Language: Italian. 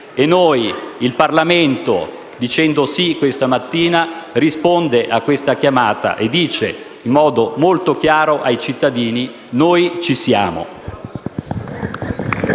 E noi, il Parlamento, dicendo sì questa mattina, rispondiamo a questa chiamata e diciamo in modo molto chiaro ai cittadini: noi ci siamo.